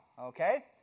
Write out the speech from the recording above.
okay